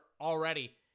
already